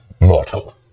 mortal